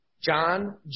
John